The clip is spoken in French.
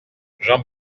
jean